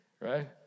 Right